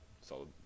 solid